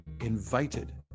invited